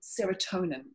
serotonin